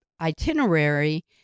itinerary